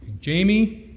Jamie